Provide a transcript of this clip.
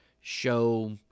show